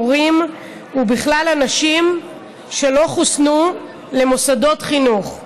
מורים ובכלל אנשים שלא חוסנו למוסדות חינוך,